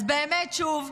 אז באמת, שוב,